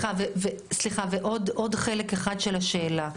ועוד חלק אחד של השאלה.